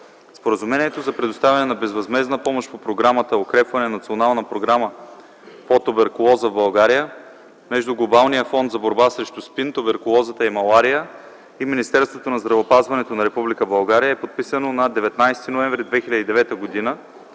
Споразумението за предоставяне на безвъзмездна помощ по Програмата „Укрепване на Националната програма по туберкулоза в България” между Глобалния фонд за борба срещу СПИН, туберкулоза и малария и Министерството на здравеопазването на Република България е подписано на 19 ноември 2009 г.